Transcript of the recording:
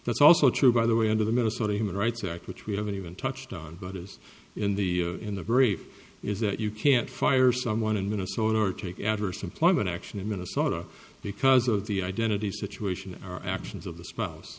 that's also true by the way under the minnesota human rights act which we haven't even touched on but is in the in the brief is that you can't fire someone in minnesota or take adverse employment action in minnesota because of the identity situation or actions of the spouse